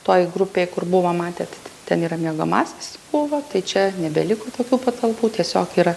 toj grupėj kur buvom matėt ten yra miegamasis buvo tai čia nebeliko tokių patalpų tiesiog yra